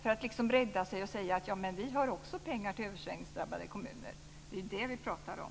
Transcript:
På så sätt räddar man sig och kan säga att man också har pengar till översvämningsdrabbade kommuner. Det är det vi pratar om.